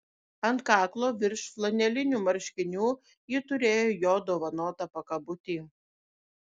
ant kaklo virš flanelinių marškinių ji turėjo jo dovanotą pakabutį